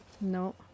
No